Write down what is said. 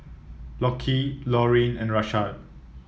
Lockie Laurine and Rashad